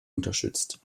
unterstützt